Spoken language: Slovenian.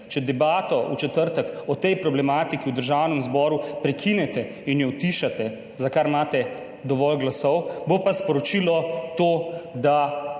če debato v četrtek o tej problematiki v Državnem zboru prekinete in jo utišate, za kar imate dovolj glasov, bo pa to sporočilo, da